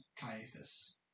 Caiaphas